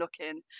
looking